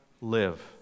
live